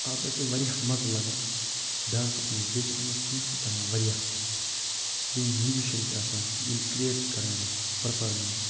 اَتھ منٛز چھِ واریاہ مَزٕ لگان ڈانَسس منٛز بیٚیہِ چھِ اَتھ منٛز پونٛسہٕ تہِ تران واریاہ بیٚیہِ میوٗزَشَن چھِ آسان یِم کیرٹ چھِ کران یِم پٕرفارمیٚنٕس